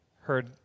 heard